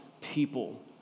people